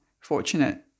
fortunate